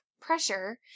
pressure